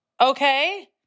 Okay